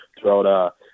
throughout